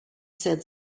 said